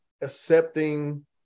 accepting